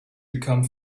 become